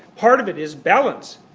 part of it is balance.